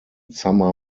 summer